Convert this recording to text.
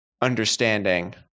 understanding